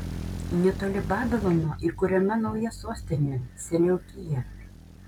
netoli babilono įkuriama nauja sostinė seleukija